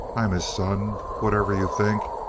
i'm his son. whatever you think,